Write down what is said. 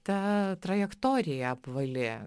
ta trajektorija apvali